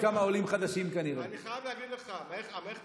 חבר הכנסת